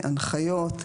הנחיות,